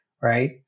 right